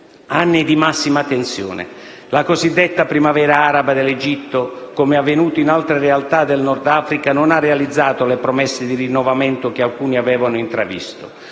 anni di massima tensione. La cosiddetta Primavera araba dell'Egitto, come avvenuto in altre realtà del Nord Africa, non ha realizzato le promesse di rinnovamento che alcuni avevano intravisto.